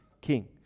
king